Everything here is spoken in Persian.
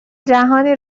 جهانی